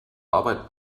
arbeit